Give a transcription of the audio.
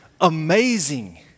Amazing